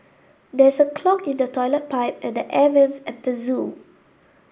there is a clog in the toilet pipe and the air vents at the zoo